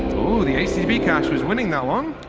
oh, the http cache is winning that one.